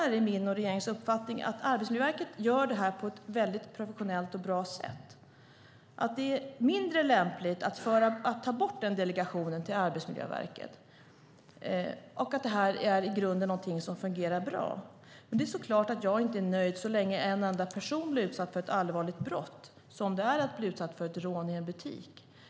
Regeringens och min uppfattning är att Arbetsmiljöverket gör detta på ett mycket bra och professionellt sätt och att det är mindre lämpligt att ta bort delegationen till Arbetsmiljöverket. Det är någonting som i grunden fungerar bra. Jag är inte nöjd så länge en enda person blir utsatt för ett så allvarligt brott som det är att bli utsatt för ett rån i en butik.